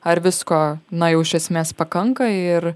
ar visko na jau iš esmės pakanka ir